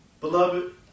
Beloved